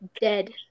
dead